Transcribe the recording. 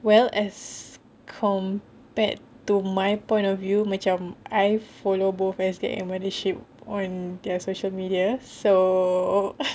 well as compared to my point of view macam I follow both SGAG and mothership on their social media so